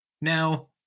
Now